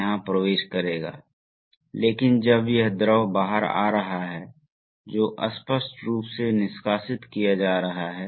और चूंकि valve C की स्थापना E की तुलना में अधिक है इसलिए हम सिस्टम के दबाव को उच्च स्तर तक सीमित कर सकते हैं